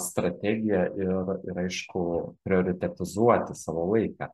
strategiją ir ir aišku prioritetizuoti savo laiką